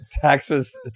Taxes